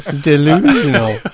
Delusional